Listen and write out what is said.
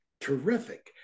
terrific